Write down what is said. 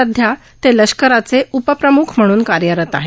सध्या ते लष्कराचे उपप्रमुख म्हणून कार्यरत आहेत